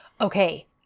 Okay